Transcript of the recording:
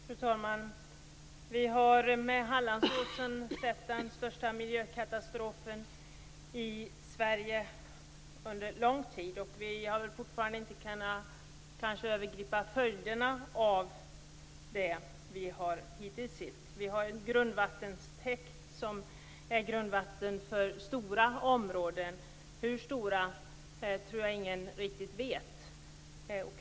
Fru talman! Vi har med Hallandsåsen sett den största miljökatastrofen i Sverige under lång tid, och vi har väl fortfarande inte kunnat överblicka följderna av det vi hittills sett. Vi har en grundvattentäkt som är grundvatten för stora områden - hur stora tror jag inte någon riktigt vet.